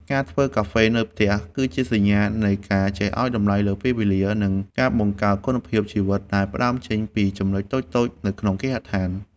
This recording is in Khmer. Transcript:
ការធ្វើកាហ្វេនៅផ្ទះ គឺជាសញ្ញានៃការចេះឱ្យតម្លៃលើពេលវេលា និងការបង្កើតគុណភាពជីវិតដែលផ្ដើមចេញពីចំណុចតូចៗនៅក្នុងគេហដ្ឋាន។